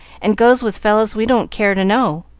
and goes with fellows we don't care to know.